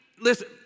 listen